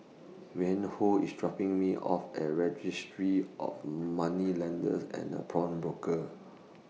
Reinhold IS dropping Me off At Registry of Moneylenders and Pawnbrokers